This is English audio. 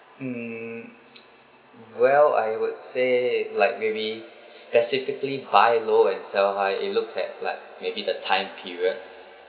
mm well I would say like maybe specifically buy low and sell high it looks at like maybe the time period